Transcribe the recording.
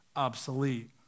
obsolete